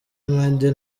mdee